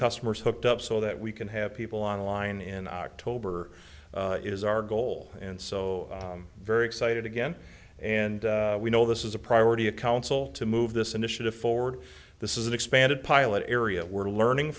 customers hooked up so that we can have people on line in october is our goal and so very excited again and we know this is a priority of counsel to move this initiative forward this is an expanded pilot area we're learning